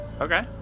Okay